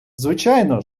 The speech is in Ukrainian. звичайно